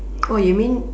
oh you mean